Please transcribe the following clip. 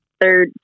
third